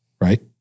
right